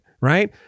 Right